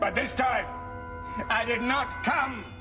but this time i did not come